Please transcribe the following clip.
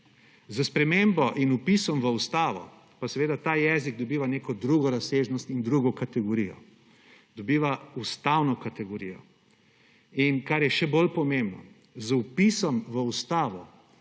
S spremembo in vpisom v ustavo pa seveda ta jezik dobiva neko drugo razsežnost in drugo kategorijo; dobiva ustavno kategorijo. In kar je še bolj pomembno, z vpisom v ustavo